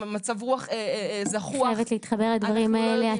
מצב זחוח --- אני חייבת להתחבר לדברים האלה,